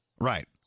Right